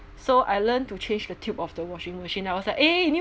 so I learned to change the tube of the washing machine I was like eh new